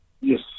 Yes